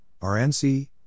RNC